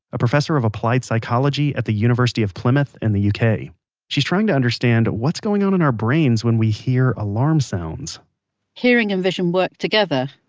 a professor of applied psychology at the university of plymouth in the yeah uk. she's trying to understand what's going on in our brains when we hear alarm sounds hearing and vision work together,